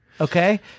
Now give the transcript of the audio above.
Okay